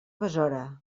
besora